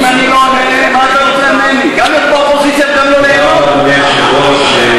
אדוני היושב-ראש,